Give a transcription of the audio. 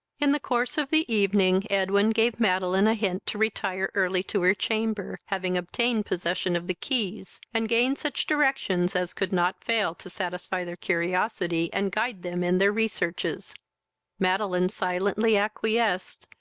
in the course of the evening, edwin gave madeline a hint to retire early to her chamber, having obtained possession of the keys, and gained such directions as could not fail to satisfy their curiosity and guide them in their researches madeline silently acquiesced,